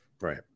Right